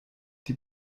die